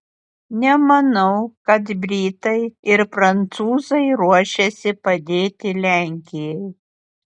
nemanau kad britai ir prancūzai ruošiasi padėti lenkijai